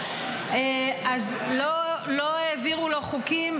-- אז לא העבירו לו חוקים,